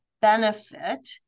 benefit